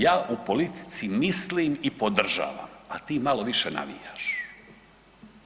Ja u politici mislim i podržavam, a ti malo više navijaš.